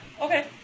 Okay